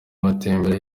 batembera